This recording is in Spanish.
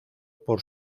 por